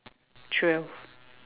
twelve